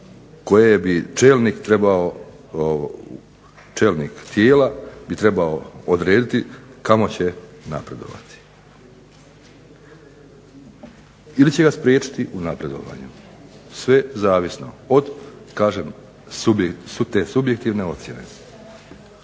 koje bi čelnik tijela trebao odrediti kamo će napredovati ili će ga spriječiti u napredovanju. Sve zavisno od te subjektivne ocjene.